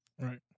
Right